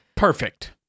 Perfect